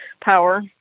power